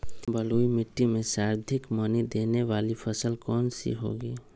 बलुई मिट्टी में सर्वाधिक मनी देने वाली फसल कौन सी होंगी?